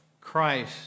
Christ